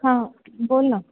हां बोल ना